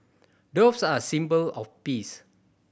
doves are a symbol of peace